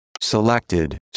Selected